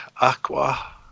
aqua